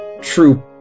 true